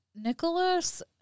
Nicholas